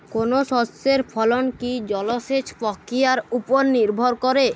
কোনো শস্যের ফলন কি জলসেচ প্রক্রিয়ার ওপর নির্ভর করে?